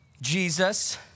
Jesus